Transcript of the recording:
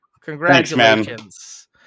Congratulations